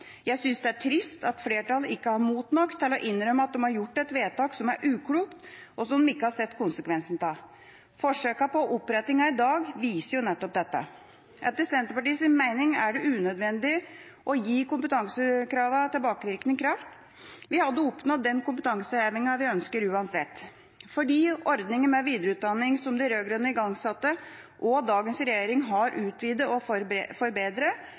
Jeg synes det er trist at flertallet ikke har mot nok til å innrømme at de har fattet et vedtak som er uklokt, og som de ikke har sett konsekvensen av. Forsøkene på opprettingen i dag viser nettopp dette. Etter Senterpartiets mening er det unødvendig å gi kompetansekravene tilbakevirkende kraft. Vi hadde oppnådd den kompetansehevingen vi ønsker uansett fordi ordningen med videreutdanning som de rød-grønne igangsatte og dagens regjering har utvidet og forbedret,